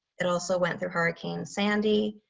it also went through hurricane sandy.